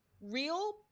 real